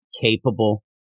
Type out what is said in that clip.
capable